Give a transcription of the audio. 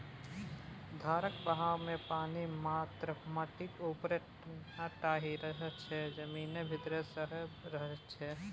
धारक बहावमे पानि मात्र माटिक उपरे टा नहि रहय छै जमीनक भीतर सेहो रहय छै